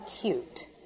cute